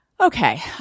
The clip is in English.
Okay